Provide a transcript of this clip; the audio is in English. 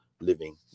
living